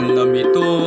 Namito